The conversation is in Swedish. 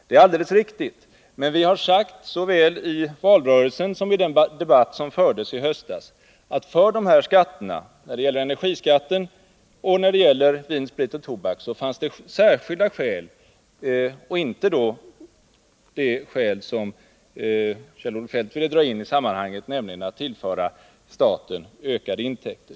Det är alldeles riktigt, men vi sade såväl i valrörelsen som i den debatt som fördes i höstas att det fanns särskilda skäl för höjningen av energiskatten och skatten på vin, sprit och tobak. Det är emellertid inte riktigt att dra in det skäl som Kjell-Olof Feldt nämnde, nämligen att tillföra staten ökade intäkter.